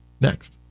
next